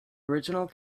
original